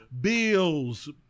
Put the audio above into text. Bills